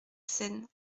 seine